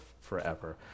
forever